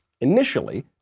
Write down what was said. initially